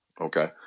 okay